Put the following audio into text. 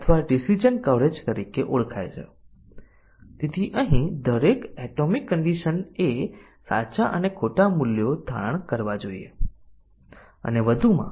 તેથી decision testing જો આપણે તે કરી રહ્યા છીએ તો તે છે કે આપણે પ્રોગ્રામમાં સંપૂર્ણ કન્ડિશન અભિવ્યક્તિ મેળવીએ છીએ ટેસ્ટીંગ ના કેસો ફક્ત તેમને સાચું અને ખોટા મૂલ્યાંકન કરે છે